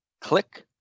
Click